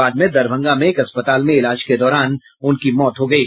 बाद में दरभंगा में एक अस्पताल में इलाज के दौरान उनकी मौत हो गयी